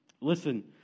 listen